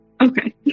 Okay